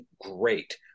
great